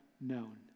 known